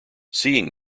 seeing